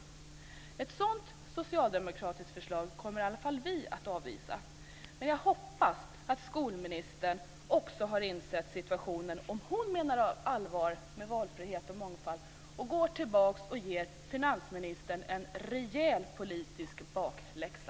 Ett sådant socialdemokratiskt förslag kommer i alla fall vi att avvisa. Jag hoppas att skolministern också har insett situationen - om hon nu menar allvar med detta med valfrihet och mångfald - och går tillbaka och ger finansministern en rejäl politisk bakläxa!